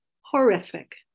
horrific